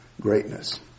greatness